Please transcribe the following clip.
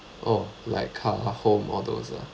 oh like car or home all those ah